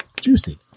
juicy